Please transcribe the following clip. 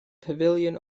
pavilion